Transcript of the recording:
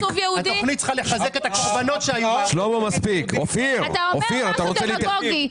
התוכנית צריכה לחזק את הקורבנות --- אתה אומר משהו דמגוגי.